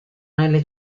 nelle